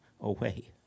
away